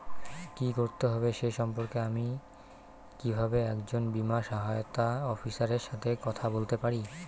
কী করতে হবে সে সম্পর্কে আমি কীভাবে একজন বীমা সহায়তা অফিসারের সাথে কথা বলতে পারি?